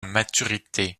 maturité